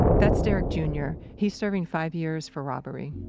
that's derrick jr. he's serving five years for robbery